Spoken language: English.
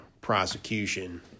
prosecution